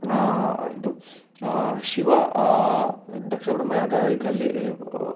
ಇದು ಶಿವ ದಕ್ಷಬ್ರಹ್ಮ ಯಾಗ ಇದರಲ್ಲಿ